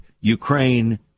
Ukraine